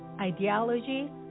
ideology